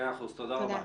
תודה רבה.